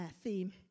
theme